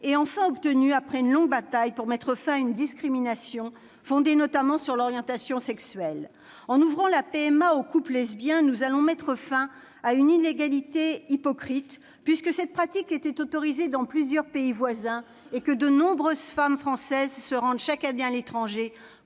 enfin obtenue après une longue bataille pour mettre fin à une discrimination, fondée notamment sur l'orientation sexuelle. En ouvrant la PMA aux couples lesbiens, nous allons mettre fin à une inégalité hypocrite. Hypocrite, car cette pratique est autorisée dans plusieurs pays voisins et de nombreuses femmes françaises se rendent chaque année à l'étranger